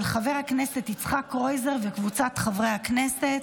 של חבר הכנסת יצחק קרויזר וקבוצת חברי הכנסת,